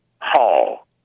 Hall